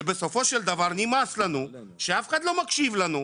שבסופו של דבר נמאס לנו שאף אחד לא מקשיב לנו,